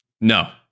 no